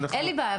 אין לי בעיה.